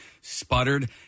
sputtered